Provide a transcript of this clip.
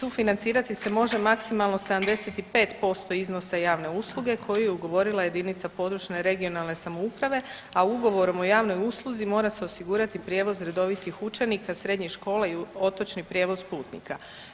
Sufinancirati se može maksimalno 75% iznosa javne usluge koju je ugovorila jedinica područne (regionalne) samouprave, a ugovorom o javnoj usluzi mora se osigurati prijevoz redovitih učenika srednjih škola i otočni prijevoz putnika.